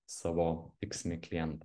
savo tikslinį klientą